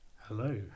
Hello